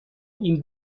این